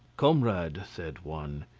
comrade, said one,